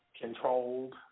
controlled